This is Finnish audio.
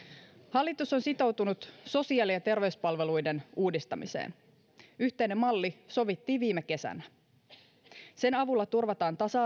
hallitus on sitoutunut sosiaali ja terveyspalveluiden uudistamiseen yhteinen malli sovittiin viime kesänä sen avulla turvataan tasa